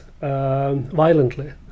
violently